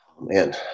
Man